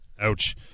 Ouch